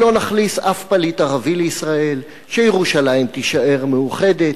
שלא נכניס אף פליט ערבי לישראל ושירושלים תישאר מאוחדת.